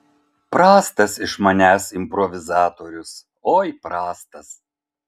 prastas iš manęs improvizatorius oi prastas